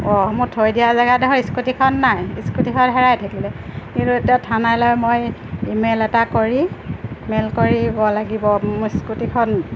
অঁ মোৰ থৈ দিয়া জেগাত দেখুন স্কুটিখন নাই স্কুটিখন হেৰাই থাকিলে কিন্তু এতিয়া থানালৈ মই ইমেইল এটা কৰি মেইল কৰিব লাগিব মোৰ স্কুটিখন